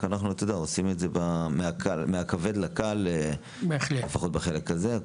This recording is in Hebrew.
רק אנחנו עושים את זה מהכבד לקל, לפחות בחלק הזה.